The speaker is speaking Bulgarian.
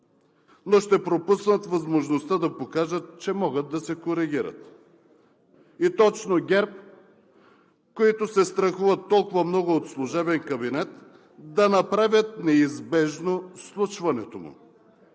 но ще пропуснат възможността да покажат, че могат да се коригират и точно ГЕРБ, които се страхуват толкова много от служебен кабинет, да направят неизбежно случването му.